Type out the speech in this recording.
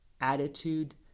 attitude